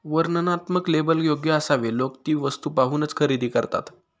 वर्णनात्मक लेबल योग्य असावे लोक ती वस्तू पाहूनच खरेदी करतात